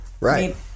Right